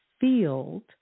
field